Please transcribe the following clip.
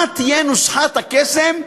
מה תהיה נוסחת הקסם,